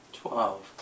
twelve